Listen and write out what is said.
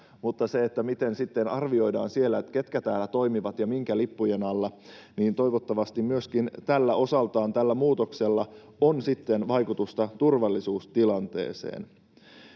mutta kun sitten arvioidaan siellä, ketkä täällä toimivat ja minkä lippujen alla, niin toivottavasti myöskin tällä muutoksella on sitten osaltaan vaikutusta turvallisuustilanteeseen.